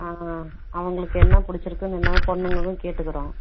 ஆ ஆ அவங்களுக்கு என்ன பிடிச்சுருக்கோ என்ன பொண்ணுங்களும் கேட்டுக்கிறோம்